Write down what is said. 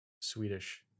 Swedish